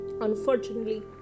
Unfortunately